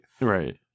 Right